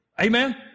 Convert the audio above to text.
Amen